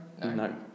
No